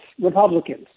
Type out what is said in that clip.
Republicans